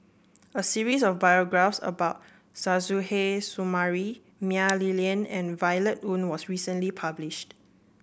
a series of biographies about Suzairhe Sumari Mah Li Lian and Violet Oon was recently published